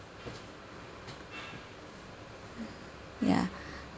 ya